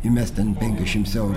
įmes ten penkiasdešimt eurų